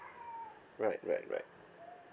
right right right